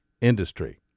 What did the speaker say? industry